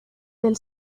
del